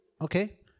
Okay